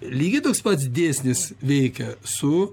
lygiai toks pats dėsnis veikia su